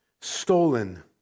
stolen